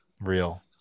real